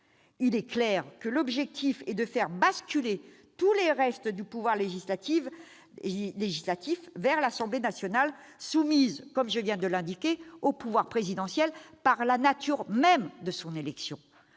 il est clair que l'objectif est de faire basculer tous les restes du pouvoir législatif vers l'Assemblée nationale, soumise, comme je viens de l'indiquer, au pouvoir présidentiel par la nature même de son élection.